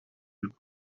with